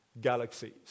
galaxies